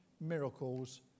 miracles